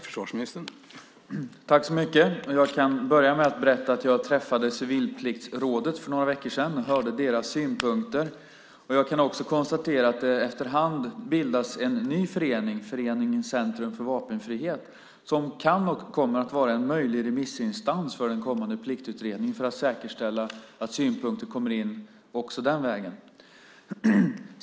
Herr talman! Jag kan börja med att berätta att jag träffade Civilpliktsrådet för några veckor sedan och hörde deras synpunkter. Jag kan också konstatera att det efterhand bildas en ny förening, föreningen Centrum för vapenfrihet, som kan och kommer att vara en möjlig remissinstans för en kommande pliktutredning för att säkerställa att synpunkter kommer in också den vägen.